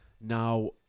now